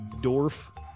Dorf